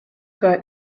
got